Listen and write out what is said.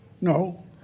No